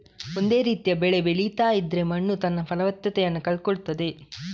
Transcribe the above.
ಒಂದೇ ರೀತಿಯ ಬೆಳೆ ಬೆಳೀತಾ ಇದ್ರೆ ಮಣ್ಣು ತನ್ನ ಫಲವತ್ತತೆಯನ್ನ ಕಳ್ಕೊಳ್ತದೆ